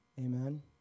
amen